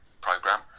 program